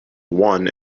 one